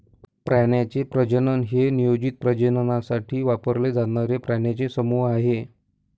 प्राण्यांचे प्रजनन हे नियोजित प्रजननासाठी वापरले जाणारे प्राण्यांचे समूह आहे